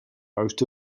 most